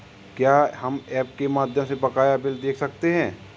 क्या हम ऐप के माध्यम से बकाया बिल देख सकते हैं?